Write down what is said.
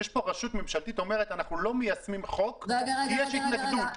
יש פה רשות ממשלתית שאומרת שהיא לא מיישמת חוק כי יש התנגדות.